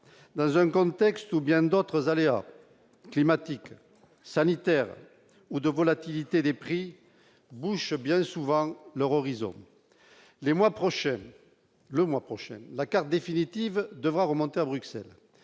dans un contexte où bien d'autres aléas climatiques, sanitaires ou de volatilité des prix bouche bien souvent leur horizon les mois prochains, le mois prochain la carte définitive devra remonter à Bruxelles